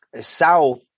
south